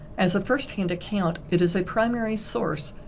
as a first-hand account, it is a primary source.